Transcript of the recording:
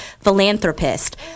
philanthropist